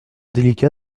délicat